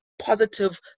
positive